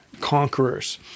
Conquerors